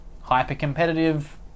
hyper-competitive